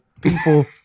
people